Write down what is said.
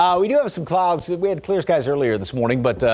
um we do have some clouds that we have clear skies earlier this morning. but